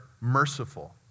merciful